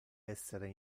essere